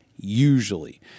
Usually